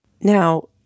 Now